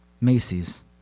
macy's